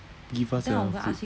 give us the food